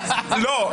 לא.